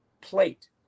plate